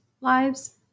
lives